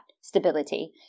stability